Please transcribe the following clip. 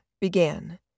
began